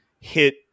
hit